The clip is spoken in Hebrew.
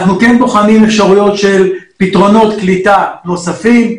אנחנו כן בוחנים אפשרויות של פתרונות קליטה נוספים,